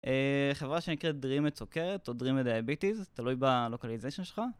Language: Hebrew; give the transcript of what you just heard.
אה חברה שנקראת אה דרימד סוכרת, או Dreamed Diabetes, תלוי ב-Localization שלך.